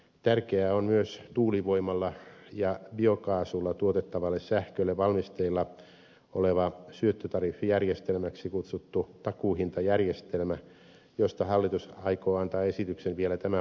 tärkeää on myös tuulivoimalla ja biokaasulla tuotettavalle sähkölle valmisteilla oleva syöttötariffijärjestelmäksi kutsuttu takuuhintajärjestelmä josta hallitus aikoo antaa esityksen vielä tämän vuoden marraskuussa